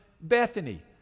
Bethany